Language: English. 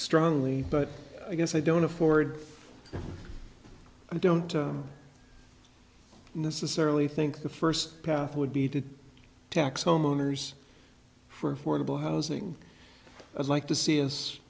strongly but i guess i don't afford i don't necessarily think the first path would be to tax homeowners for affordable housing as like to see